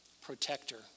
protector